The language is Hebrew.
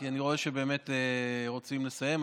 כי אני רואה שבאמת רוצים לסיים.